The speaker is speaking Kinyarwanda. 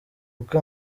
uko